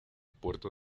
puerto